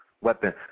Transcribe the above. weapon